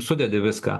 sudedi viską